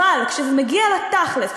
אבל כשזה מגיע לתכל'ס,